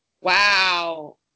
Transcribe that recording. Wow